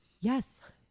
yes